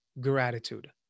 gratitude